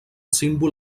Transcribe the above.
símbol